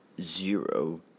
zero